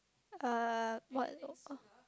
uh what uh